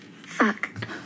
fuck